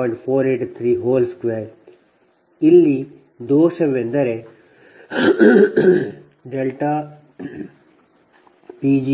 483 2 ಇಲ್ಲಿ ದೋಷವೆಂದರೆ ΔP g